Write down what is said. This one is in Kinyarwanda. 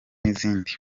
n’izindi